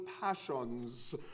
passions